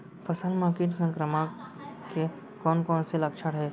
फसल म किट संक्रमण के कोन कोन से लक्षण हे?